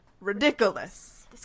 ridiculous